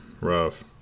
Rough